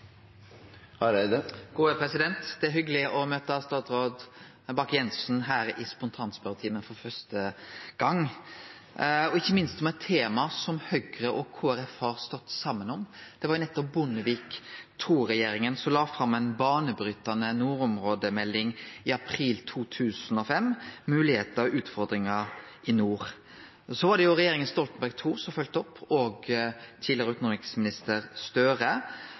Det er hyggeleg å møte statsråd Bakke-Jensen her i spontanspørjetimen for første gong, ikkje minst om eit tema som Høgre og Kristeleg Folkeparti har stått saman om. Det var jo nettopp Bondevik II-regjeringa som la fram ei banebrytande nordområdemelding i april 2005, Muligheter og utfordringer i nord. Så var det regjeringa Stoltenberg II som følgde opp, og tidlegare utanriksminister Gahr Støre,